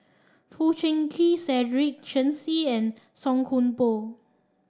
Foo Chee Keng Cedric Shen Xi and Song Koon Poh